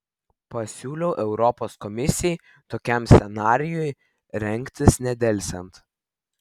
pasiūliau europos komisijai tokiam scenarijui rengtis nedelsiant